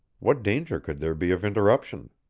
what danger could there be of interruption?